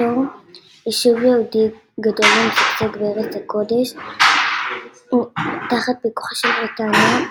"יישוב יהודי גדול ומשגשג בארץ הקודש תחת פיקוחה של בריטניה,